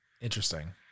Interesting